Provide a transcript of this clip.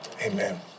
amen